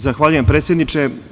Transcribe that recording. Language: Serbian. Zahvaljujem, predsedniče.